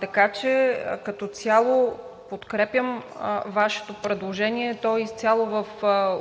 Така че като цяло подкрепям Вашето предложение, то е изцяло в